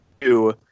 two